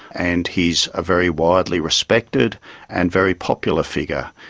and he's a very widely respected and very popular figure.